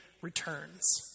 returns